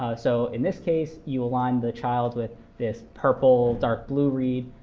so in this case, you align the child with this purple dark blue read.